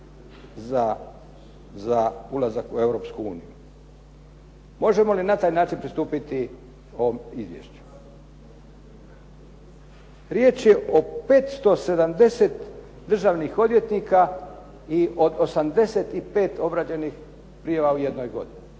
za ulazak u Europsku uniju. Možemo li na taj način pristupiti ovom izvješću? Riječ je o 570 državnih odvjetnika i 85 obrađenih prijava u jednoj godini.